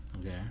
Okay